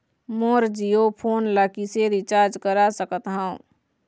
मोर Jio phone ला किसे recharge करा सकत हवं?